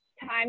time